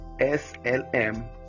slm